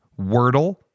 wordle